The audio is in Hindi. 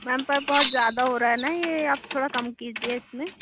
मैम पर बहुत ज़्यादा हो रहा है न यह आप थोड़ा कम कीजिए इसमें